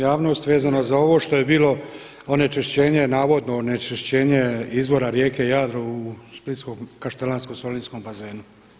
javnost vezano za ovo što je bilo onečišćenje, navodno onečišćenje izvora rijeke Jadro u splitsko-kaštelansko-solinskom bazenu.